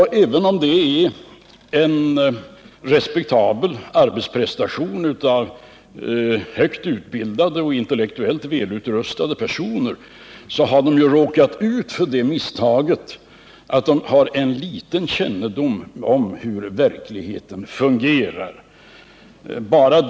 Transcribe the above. Långtidsutredningen är en respektabel arbetsprestation av högt utbildade och intellektuellt välutrustade personer, men dessa personer råkar ha liten kännedom om hur verkligheten fungerar.